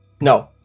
No